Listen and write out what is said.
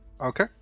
Okay